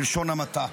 בלשון המעטה,